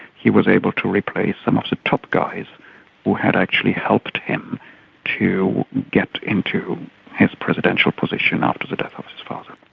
he was able to replace some of the top guys who had actually helped him to get into his presidential position after the death of his father.